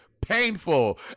painful